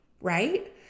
right